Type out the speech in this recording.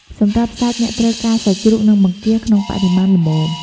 សម្រាប់សាច់ អ្នកត្រូវការ សាច់ជ្រូក និង បង្គា ក្នុងបរិមាណល្មម។